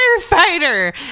firefighter